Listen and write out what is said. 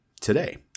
today